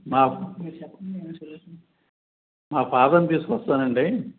మా మా ఫాదర్ని తీసుకొని వస్తానండి